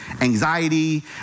anxiety